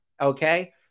Okay